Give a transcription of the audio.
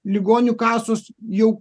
ligonių kasos jau